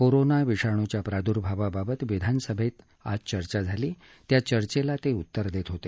corona विषाणूच्या प्रादुर्भावाबत विधानसभेतही आज चर्चा झाली या चर्चेला ते उत्तर देत होते